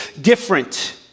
different